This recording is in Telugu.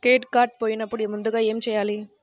క్రెడిట్ కార్డ్ పోయినపుడు ముందుగా ఏమి చేయాలి?